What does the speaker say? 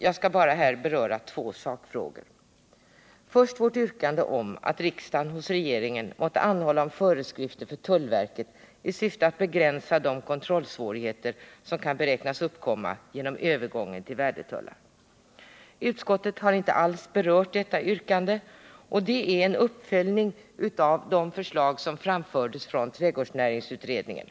Jag skall här bara beröra två sakfrågor, först vårt yrkande om att riksdagen hos regeringen måtte anhålla om föreskrifter för tullverket i syfte att begränsa de kontrollsvårigheter som kan beräknas uppkomma genom övergång till värdetullar. Utskottet har inte alls berört detta yrkande, som är en uppföljning av det förslag som framfördes från trädgårdsnäringsutredningen.